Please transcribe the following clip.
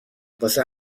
واسه